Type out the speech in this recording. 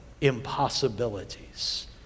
impossibilities